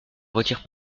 retire